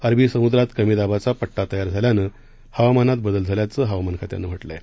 अरबी समुद्रात कमी दाबाचा पट्टा तयार झाल्यानं हवामानात बदल झाल्याचं हवामान खात्यानं म्हटलं आहे